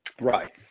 Right